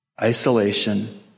isolation